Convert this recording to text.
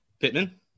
Pittman